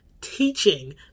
teaching